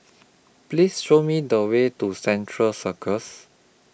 Please Show Me The Way to Central Circus